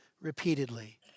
repeatedly